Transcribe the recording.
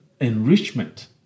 enrichment